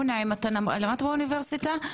מונים למדת באוניברסיטה?